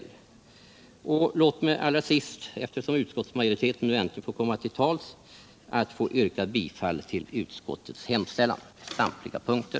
Låt mig så allra sist, eftersom utskottsmajoriteten nu äntligen får komma till tals, få yrka bifall till utskottets hemställan på samtliga punkter.